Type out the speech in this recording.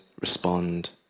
respond